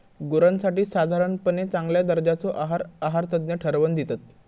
गुरांसाठी साधारणपणे चांगल्या दर्जाचो आहार आहारतज्ञ ठरवन दितत